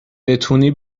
بتونی